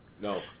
No